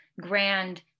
grand